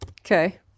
Okay